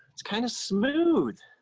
it's kind of smooth.